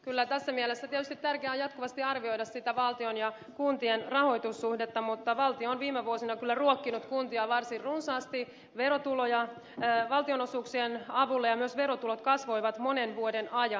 kyllä tässä mielestä tietysti tärkeää on jatkuvasti arvioida valtion ja kuntien rahoitussuhdetta mutta valtio on viime vuosina kyllä ruokkinut kuntia varsin runsaasti valtionosuuksien avulla ja myös verotulot kasvoivat monen vuoden ajan